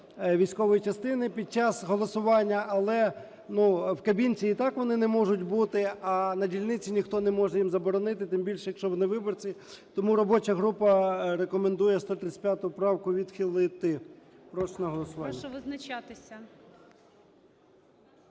військової частини під час голосування. Але, ну, в кабінці і так вони не можуть бути. А на дільниці ніхто не може їм заборонити, тим більше, якщо вони – виборці. Тому робоча група рекомендує 135 правку відхилити. Прошу на голосування.